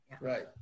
right